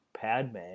Padme